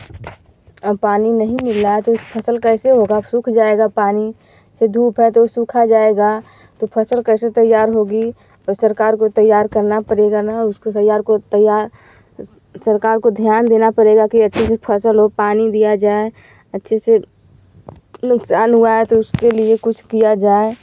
वह पानी नहीं मिल रहा है तो फ़सल कैसे होगा सूख जाएगा पानी से धूप है तो ओ सुखा जाएगा तो फ़सल कैसे तैयार होगी सरकार को तैयार करना पड़ेगा न उसको तैयार को तैया सरकार को ध्यान देना पड़ेगा कि अच्छे से फ़सल हो पानी दिया जाए अच्छे से नुकसान हुआ है तो उसके लिए कुछ किया जाए